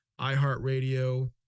iHeartRadio